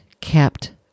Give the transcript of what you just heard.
kept